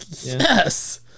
yes